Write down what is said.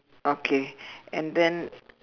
okay and then